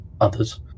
others